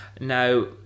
Now